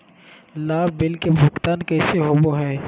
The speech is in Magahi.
लाभ बिल के भुगतान कैसे होबो हैं?